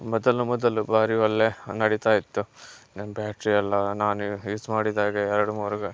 ಮೊದಲು ಮೊದಲು ಬಾರಿ ಒಳ್ಳೆ ನಡೀತ ಇತ್ತು ನನ್ನ ಬ್ಯಾಟ್ರಿ ಎಲ್ಲ ನಾನೆ ಯೂಸ್ ಮಾಡಿದಾಗ ಎರಡು ಮೂರು ಗ